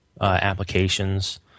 applications